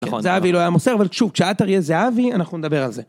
נכון. זהבי לא היה מוסר, אבל שוב כשעטר יהיה זהבי אנחנו נדבר על זה